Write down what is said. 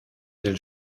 del